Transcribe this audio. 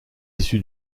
issu